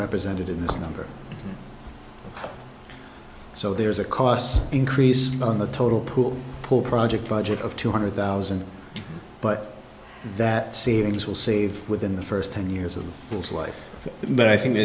represented in this number so there's a cost increase the total pool pool project budget of two hundred thousand but that savings will save within the first ten years of those life but i think